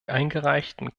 eingereichten